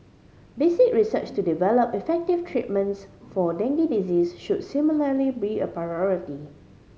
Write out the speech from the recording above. basic research to develop effective treatments for dengue disease should similarly be a priority